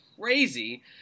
crazy